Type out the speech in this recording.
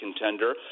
contender